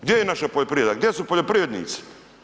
Gdje je naša poljoprivreda, gdje su poljoprivrednici?